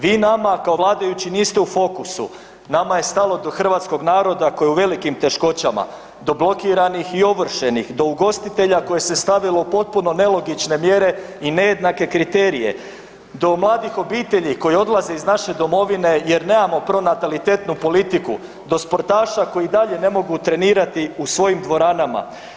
Vi nama kao vladajući niste u fokusu, nama je stalo do hrvatskog naroda koji je u velikim teškoćama, do blokiranih i ovršenih, do ugostitelja koje se stavilo u potpuno nelogične mjere i nejednake kriterije, do mladih obitelji koji odlaze iz naše domovine jer nemamo pronatalitetnu politiku, do sportaša koji i dalje ne mogu trenirati u svojim dvoranama.